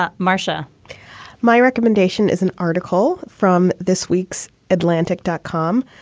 ah marcia my recommendation is an article from this week's atlantic dot com,